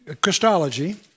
Christology